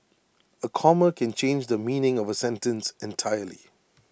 A comma can change the meaning of A sentence entirely